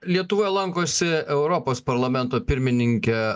lietuvoj lankosi europos parlamento pirmininkė